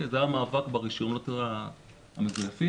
זה המאבק ברישיונות המזויפים.